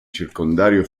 circondario